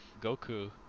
Goku